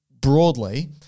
Broadly